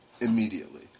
Immediately